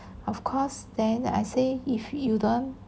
of course then I say if you don't